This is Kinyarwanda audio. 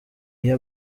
iya